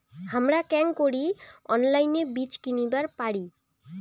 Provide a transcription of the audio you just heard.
হামরা কেঙকরি অনলাইনে বীজ কিনিবার পারি?